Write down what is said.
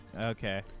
Okay